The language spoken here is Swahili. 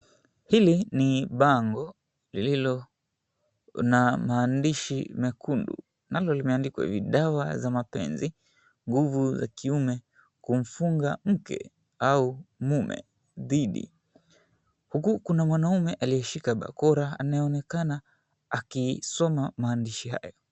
Hili ni bango lililo na maandishi mekundu. Nalo limeandikwa hivi: Dawa za mapenzi, nguvu ya kiume, kumfunga mke au mume dhidi. Huku kuna mwanamume aliyeshika bakora anayeonekana akisoma maandishi hayo.